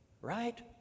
right